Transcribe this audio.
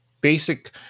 basic